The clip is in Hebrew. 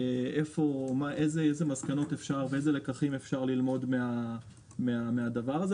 איזה מסקנות ואיזה לקחים אפשר ללמוד מהדבר הזה.